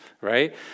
right